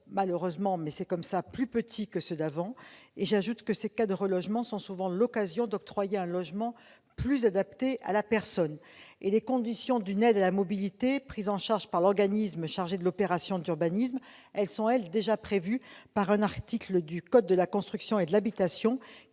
malheureusement, plus petits que ceux d'avant et que ces cas de relogement sont souvent l'occasion d'octroyer un logement plus adapté à la personne. Les conditions d'une aide à la mobilité, prise en charge par l'organisme chargé de l'opération d'urbanisme, sont déjà prévues dans le code de la construction et de l'habitation,